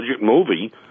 movie